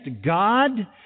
God